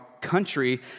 country